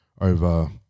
over